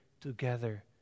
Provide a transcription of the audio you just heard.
together